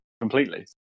completely